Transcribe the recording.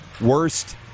worst